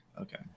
okay